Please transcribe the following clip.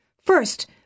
First